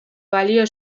balio